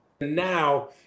now